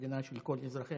מדינה של כל אזרחיה?